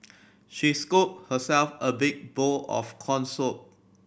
she scooped herself a big bowl of corn soup